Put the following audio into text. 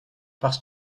parce